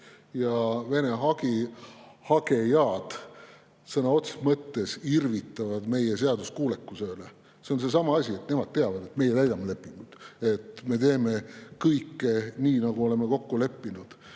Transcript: Vene hagejad sõna otseses mõttes irvitavad meie seaduskuulekuse üle. See on seesama asi: nemad teavad, et meie täidame lepingut, et meie teeme kõike nii, nagu oleme kokku leppinud.